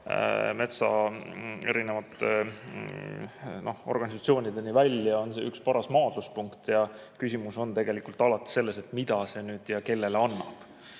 kuni erametsa organisatsioonideni välja on see üks paras maadluspunkt ja küsimus tegelikult on alati selles, mida see nüüd ja kellele annab.